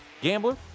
Gambler